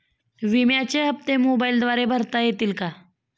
विम्याचे हप्ते मोबाइलद्वारे भरता येतील का?